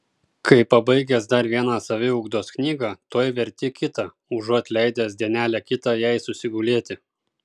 kai pabaigęs dar vieną saviugdos knygą tuoj verti kitą užuot leidęs dienelę kitą jai susigulėti